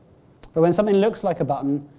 but when something looks like a button,